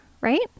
Right